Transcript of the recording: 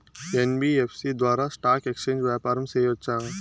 NBFC ద్వారా stock exchange వ్యాపారం సేయొచ్చా?